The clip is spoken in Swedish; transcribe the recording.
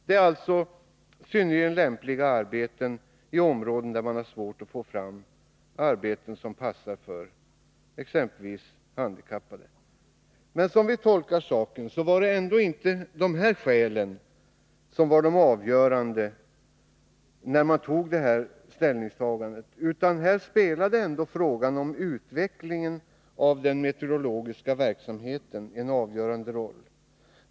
Det är alltså synnerligen lämpliga arbeten i områden där man har svårt att få fram arbeten som passar för exempelvis handikappade. Men som vi tolkar saken var det ändå inte dessa skäl som var de avgörande när man gjorde det här ställningstagandet, utan här spelade frågan om utvecklingen av den meteorologiska verksamheten en avgörande roll.